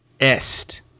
est